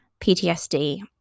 PTSD